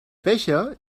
becher